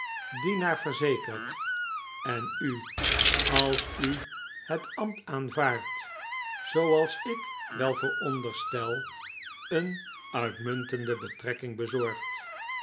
dienaar verzekerd en u als u het ambt aanvaart zooals ik wel veronderstel een uitmuntende betrekking bezorgd